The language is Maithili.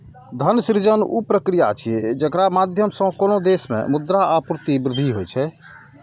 धन सृजन ऊ प्रक्रिया छियै, जेकरा माध्यम सं कोनो देश मे मुद्रा आपूर्ति मे वृद्धि होइ छै